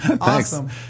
Awesome